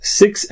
six